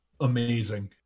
amazing